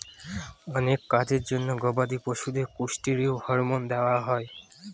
অনেক কাজের জন্য গবাদি পশুদের কেষ্টিরৈড হরমোন দেওয়া হয়